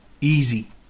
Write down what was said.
easy